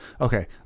Okay